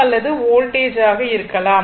அல்லது வோல்டேஜ் ஆக இருக்கலாம்